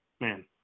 man